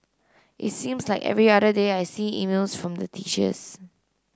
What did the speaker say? it seems like every other day I see emails from the teachers